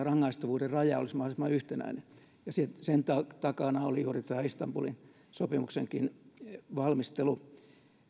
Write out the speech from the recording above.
rangaistavuuden raja olisi mahdollisimman yhtenäinen ja sen takana oli juuri tämä istanbulin sopimuksenkin valmistelu